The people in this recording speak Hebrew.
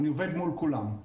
אני עובד מול כולם.